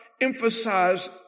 emphasize